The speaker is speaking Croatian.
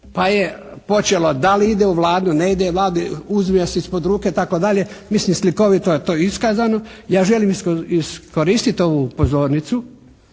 pa je počelo da li ide u Vladu, ne ide u Vladu, uzima se ispod ruke itd. Mislim, slikovito je to iskazano. Ja želim iskoristit ovu pozornicu